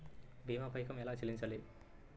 భీమా పైకం ఎలా చెల్లించాలి?